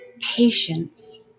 patience